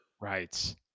Right